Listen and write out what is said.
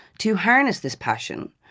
to harness this passion,